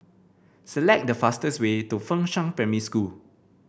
select the fastest way to Fengshan Primary School